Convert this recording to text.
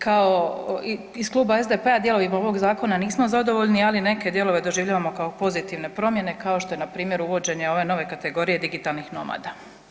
Kao, iz Kluba SDP-a dijelovima ovog zakona nismo zadovoljni, ali neke dijelove doživljavamo kao pozitivne promjene, kao što je npr. uvođenje ove nove kategorije digitalnih nomada.